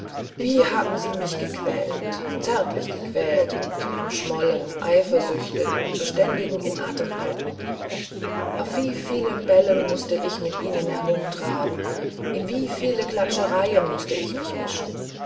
wie haben sie mich gequält zärtlich gequält mit ihrem schmollen eifersüchteln und beständigem in atem halten auf wie vielen bällen mußte ich mit ihnen herumtraben in wie viele klatschereien mußte ich mich mischen